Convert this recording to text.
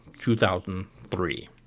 2003